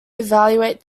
evaluate